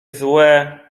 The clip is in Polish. złe